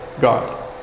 God